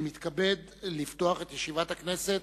אני מתכבד לפתוח את ישיבת הכנסת.